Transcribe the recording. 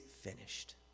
finished